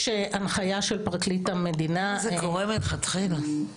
זה קורה מלכתחילה.